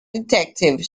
detective